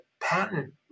patent